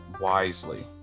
Wisely